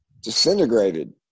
disintegrated